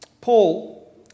Paul